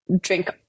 drink